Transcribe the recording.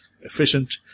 efficient